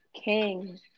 king